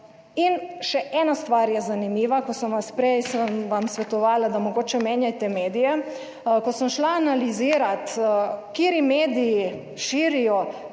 In še ena stvar je zanimiva, ko sem vas, prej sem vam svetovala, da mogoče menjajte medije, ko sem šla analizirati kateri mediji širijo